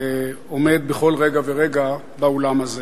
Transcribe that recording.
עומד בכל רגע ורגע באולם הזה.